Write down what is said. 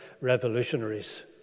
revolutionaries